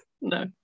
no